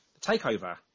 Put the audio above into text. takeover